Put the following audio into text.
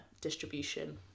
distribution